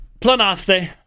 planaste